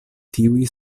tiuj